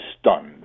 stunned